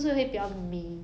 so maybe just